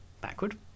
backward